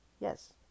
Yes